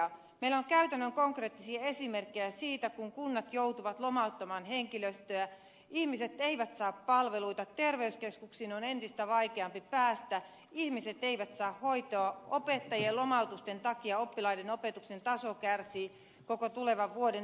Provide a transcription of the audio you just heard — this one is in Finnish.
meillä on käytännön konkreettisia esimerkkejä siitä että kunnat joutuvat lomauttamaan henkilöstöä ihmiset eivät saa palveluita terveyskeskuksiin on entistä vaikeampi päästä ihmiset eivät saa hoitoa opettajien lomautusten takia oppilaiden opetuksen taso kärsii koko tulevan vuoden ajan